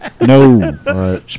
No